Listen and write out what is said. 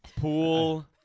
Pool